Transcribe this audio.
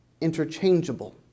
interchangeable